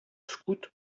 scout